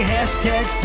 Hashtag